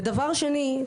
הדבר השני,